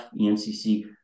EMCC